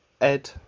Ed